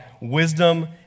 wisdom